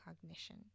cognition